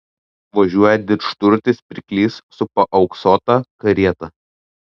važiuoja didžturtis pirklys su paauksuota karieta